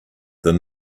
than